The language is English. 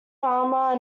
farmer